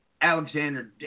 Alexander